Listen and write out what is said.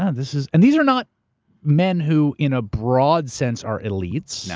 and this is. and these are not men who, in a broad sense, are elites. yeah